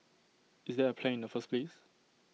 is there A plan in the first place